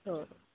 অঁ